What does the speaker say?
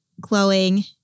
glowing